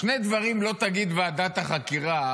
שני דברים לא תגיד ועדת החקירה,